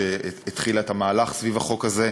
שהתחילה את המהלך סביב החוק הזה,